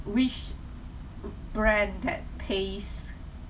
which brand that taste